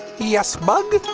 yes, bug?